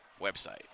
website